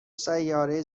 سیاره